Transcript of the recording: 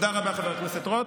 תודה רבה, חבר הכנסת רוט.